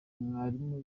mwalimu